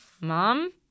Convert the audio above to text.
mom